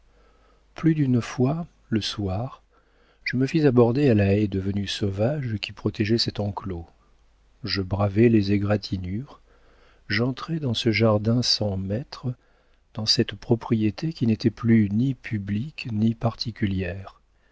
plus d'une fois le soir je me fis aborder à la haie devenue sauvage qui protégeait cet enclos je bravais les égratignures j'entrais dans ce jardin sans maître dans cette propriété qui n'était plus ni publique ni particulière